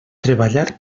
treballar